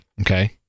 Okay